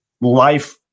life